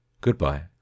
Goodbye